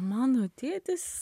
mano tėtis